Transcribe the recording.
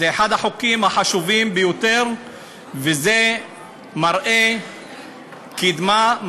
זה אחד החוקים החשובים ביותר וזה מראה קידמה,